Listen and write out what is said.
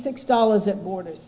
six dollars at borders